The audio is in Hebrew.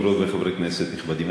חברות וחברי כנסת נכבדים,